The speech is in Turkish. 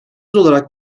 olarak